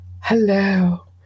Hello